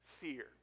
fear